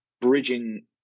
bridging